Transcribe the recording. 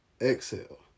exhale